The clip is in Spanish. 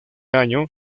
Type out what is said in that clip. año